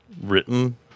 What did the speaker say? written